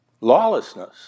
Lawlessness